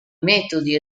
metodi